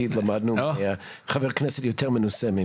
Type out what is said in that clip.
כי למדנו מחבר כנסת יותר מנוסה.